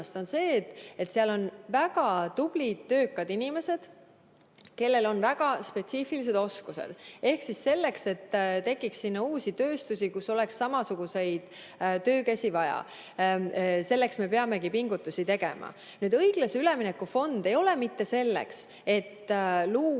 on see, et seal on väga tublid, töökad inimesed, kellel on väga spetsiifilised oskused. Ehk selleks, et tekiks sinna uusi tööstusi, kus oleks samasuguseid töökäsi vaja, me peamegi pingutusi tegema. Õiglase ülemineku fond ei ole mitte selleks, et